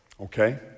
okay